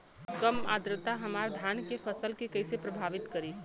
कम आद्रता हमार धान के फसल के कइसे प्रभावित करी?